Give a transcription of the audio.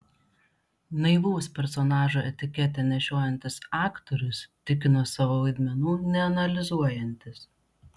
naivaus personažo etiketę nešiojantis aktorius tikino savo vaidmenų neanalizuojantis